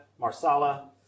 Marsala